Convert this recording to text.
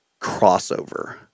crossover